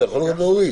אתה יכול גם להוריד.